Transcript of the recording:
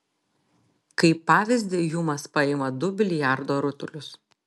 kaip pavyzdį hjumas paima du biliardo rutulius